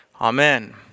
Amen